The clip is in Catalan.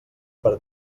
per